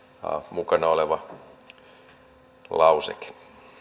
mukana oleva lauseke